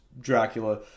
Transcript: Dracula